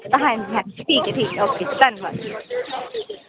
ਹਾਂਜੀ ਹਾਂਜੀ ਠੀਕ ਹੈ ਠੀਕ ਹੈ ਓਕੇ ਜੀ ਧੰਨਵਾਦ ਜੀ